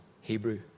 Hebrew